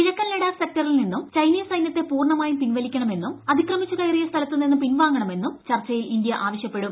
കിഴക്കൻ ലഡാക്ക് സെക്ടറിൽ നിന്നും ചൈനീസ് സൈനൃത്തെ പൂർണമായും പിൻവലിക്കണമെന്നും അതിക്രമിച്ചു കയറിയ സ്ഥലത്ത് നിന്നും പിൻവാങ്ങണമെന്നും ചർച്ചയിൽ ഇന്ത്യ ആവശ്യപ്പെടും